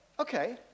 Okay